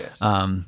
Yes